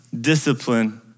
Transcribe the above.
discipline